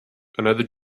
another